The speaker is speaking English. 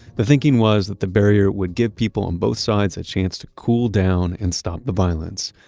the thinking was that the barrier would give people on both sides a chance to cool down and stop the violence.